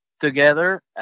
Together